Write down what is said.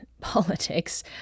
politics